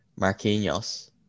Marquinhos